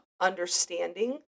understanding